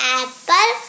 apple